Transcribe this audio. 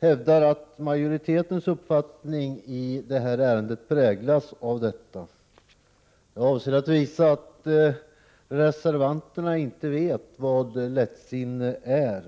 hävdar att majoritetens uppfattning i det här ärendet präglas av lättsinne. Jag avser att visa att reservanterna inte vet vad lättsinne är.